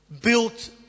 Built